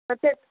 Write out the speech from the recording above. कतेक